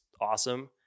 awesome